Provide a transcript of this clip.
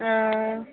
हँ